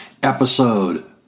episode